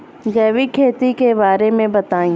जैविक खेती के बारे में बताइ